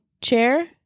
chair